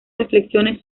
reflexiones